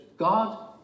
God